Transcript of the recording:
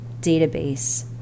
database